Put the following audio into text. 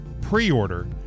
pre-order